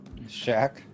Shaq